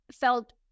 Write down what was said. felt